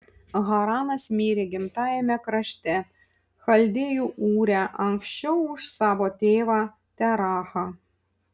haranas mirė gimtajame krašte chaldėjų ūre anksčiau už savo tėvą terachą